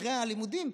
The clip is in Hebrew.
אחרי הלימודים,